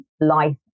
life